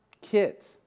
kids